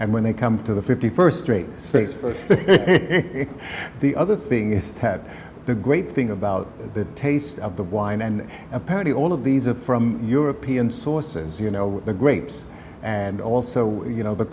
and when they come to the st street space for the other thing is that the great thing about the taste of the wine and apparently all of these are from european sources you know the grapes and also you know the